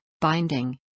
binding